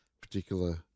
particular